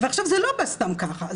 וזה לא בא סתם כך,